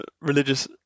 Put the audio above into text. religious